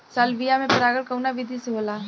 Salvia में परागण कउना विधि से होला?